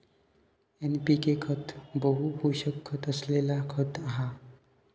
NPK खत बहु पोषक तत्त्व असलेला खत हा